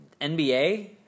NBA